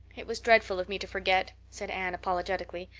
it was dreadful of me to forget, said anne apologetically,